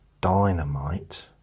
Dynamite